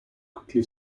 quickly